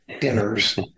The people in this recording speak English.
dinners